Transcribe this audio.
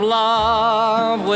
love